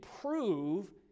prove